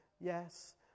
Yes